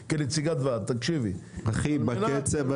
בסדר,